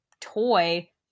toy